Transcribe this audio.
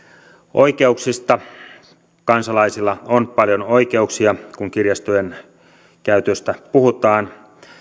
oikeuksista kansalaisilla on paljon oikeuksia kun kirjastojen käytöstä puhutaan